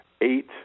eight